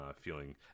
feeling